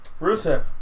Rusev